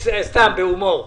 סתם, זה בהומור.